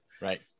Right